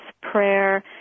prayer